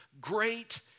great